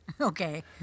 okay